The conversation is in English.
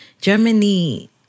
Germany